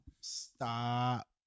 Stop